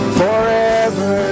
forever